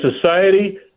society